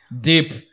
deep